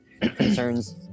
concerns